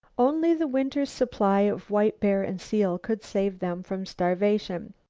only the winter's supply of white bear and seal could save them from starvation.